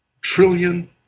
trillion